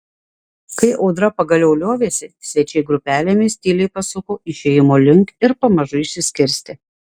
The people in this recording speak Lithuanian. kai audra pagaliau liovėsi svečiai grupelėmis tyliai pasuko išėjimo link ir pamažu išsiskirstė